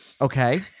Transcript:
Okay